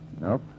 Nope